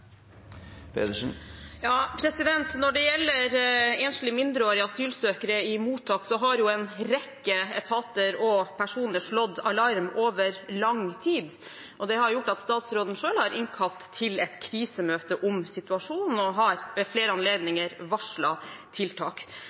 Pedersen – til oppfølgingsspørsmål. Når det gjelder enslige mindreårige asylsøkere i mottak, har en rekke etater og personer slått alarm over lang tid. Det har gjort at statsråden selv har innkalt til et krisemøte om situasjonen og ved flere anledninger har varslet tiltak.